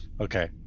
Okay